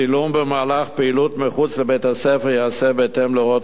צילום במהלך פעילות מחוץ לבית-הספר ייעשה בהתאם להוראות